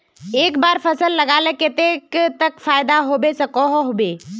एक बार फसल लगाले कतेक तक फायदा होबे सकोहो होबे?